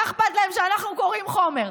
מה אכפת להם שאנחנו קוראים חומר,